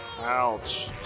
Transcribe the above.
Ouch